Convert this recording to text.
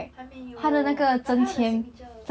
还没有我要看他的 signature